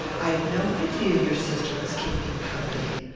i'd no idea your sister was keeping company.